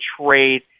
trade